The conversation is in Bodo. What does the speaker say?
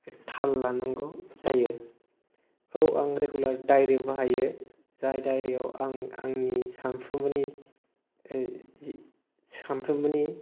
थाल लानांगौ जायो औ आं रेगुलार डाइरिबो बाहायो जाय डाइरिआव आं आंनि सानफ्रोमनि जि सानफ्रोमबोनि